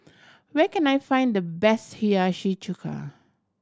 where can I find the best Hiyashi Chuka